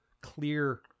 clear